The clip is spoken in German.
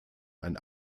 ein